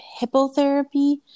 hippotherapy